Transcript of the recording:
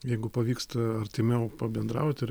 jeigu pavyksta artimiau pabendraut ir